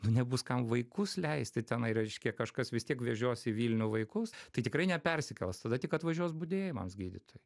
nebus kam vaikus leisti tenai reiškia kažkas vis tiek vežios į vilnių vaikus tai tikrai nepersikels tada tik atvažiuos budėjimams gydytojai